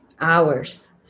hours